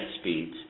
speeds